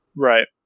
Right